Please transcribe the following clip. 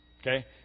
Okay